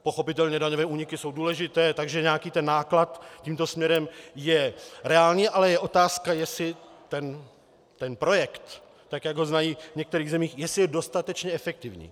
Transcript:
Pochopitelně daňové úniky jsou důležité, takže nějaký náklad tímto směrem je reálný, ale je otázka, jestli projekt, tak jak ho znají v některých zemích, je dostatečně efektivní.